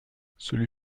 celui